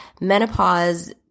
menopause